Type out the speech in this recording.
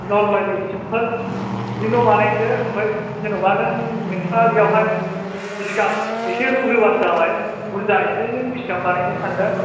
नर्मेलि simple बिदि न' बानायदो ओमफ्राय जेनेबा नों नोंथाङा बेयावहाय जिगाब एसे रुग्रोबानो जाबाय बुरजायैनो नों बेसेबां बानायनो सानदों